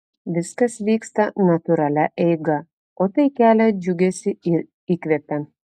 viskas vyksta natūralia eiga o tai kelia džiugesį ir įkvepia